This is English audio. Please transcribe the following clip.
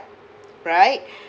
right